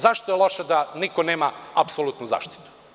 Zašto je loše da niko nema apsolutnu zaštitu?